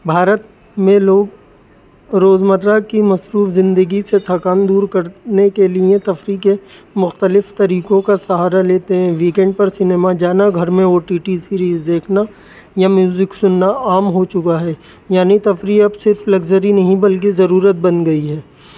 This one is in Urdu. بھارت میں لوگ روزمرہ کی مصروف زندگی سے تھکان دور کرنے کے لیے تفریح کے مختلف طریقوں کا سہارا لیتے ہیں ویک اینڈ پر سنیما جانا گھر میں او ٹی ٹی سیریز دیکھنا یا میوزک سننا عام ہو چکا ہے یعنی تفریح اب صرف لگزری نہیں بلکہ ضرورت بن گئی ہے